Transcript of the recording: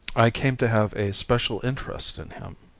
i came to have a special interest in him.